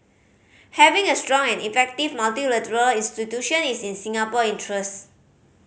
having a strong and effective multilateral institution is in Singapore interest